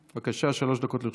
בבקשה, שלוש דקות לרשותך.